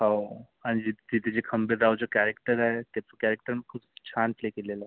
हो आणि जे तिथे जे हंबीररावचं कॅरेक्टर आहे ते कॅरेक्टर पण खूप छान प्ले केलेलं आहे